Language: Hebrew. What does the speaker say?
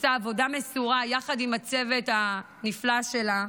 שעושה עבודה מסורה יחד עם הצוות הנפלא שלה,